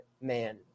man